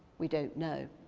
we don't know.